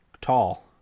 tall